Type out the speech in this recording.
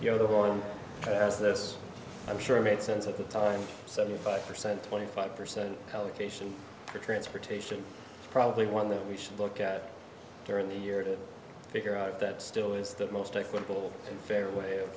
know the one that has this i'm sure made sense at the time seventy five percent twenty five percent allocation for transportation probably one that we should look at during the year to figure out that still is the most equitable fair way of